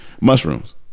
Mushrooms